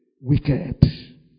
wicked